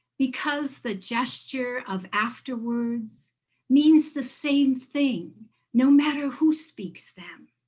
because the gesture of after words means the same thing no matter who speaks them.